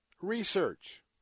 research